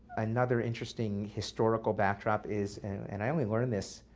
another interesting historical backdrop is and i only learned this